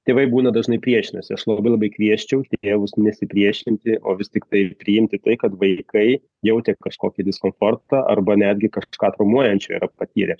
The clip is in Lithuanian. tėvai būna dažnai priešinasi aš labai labai kviesčiau tėvus nesipriešinti o vis tiktai priimti tai kad vaikai jautė kažkokį diskomfortą arba netgi kažką traumuojančio yra patyrę